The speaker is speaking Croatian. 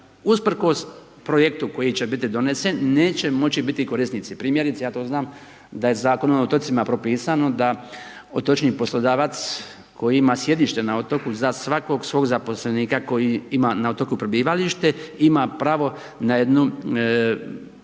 usprkos projektu koji će biti donesen neće moći biti korisnici. Primjerice ja to znam da je Zakonom o otocima propisano da otočni poslodavac koji ima sjedište na otoku za svakog svog zaposlenika koji ima na otoku prebivalište ima pravo na jednu,